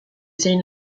zein